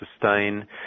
sustain